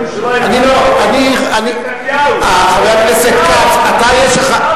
נתניהו, נתניהו, חבר הכנסת כץ, אתה, יש לך,